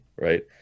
right